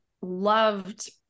loved